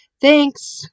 Thanks